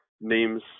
names